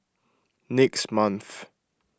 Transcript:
next month